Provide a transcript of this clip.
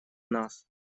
нас